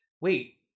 wait